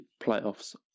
playoffs